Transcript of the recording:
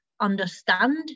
understand